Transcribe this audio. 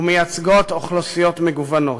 ומייצגות אוכלוסיות מגוונות.